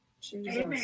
Jesus